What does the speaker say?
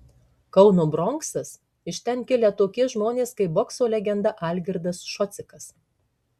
kauno bronksas iš ten kilę tokie žmonės kaip bokso legenda algirdas šocikas